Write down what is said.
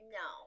no